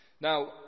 Now